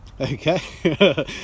Okay